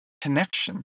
connection